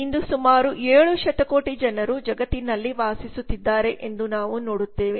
ಇಂದು ಸುಮಾರು 7 ಶತಕೋಟಿ ಜನರು ಜಗತ್ತಿನಲ್ಲಿ ವಾಸಿಸುತ್ತಿದ್ದಾರೆ ಎಂದು ನಾವು ನೋಡುತ್ತೇವೆ